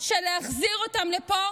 של להחזיר אותם לפה